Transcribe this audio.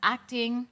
Acting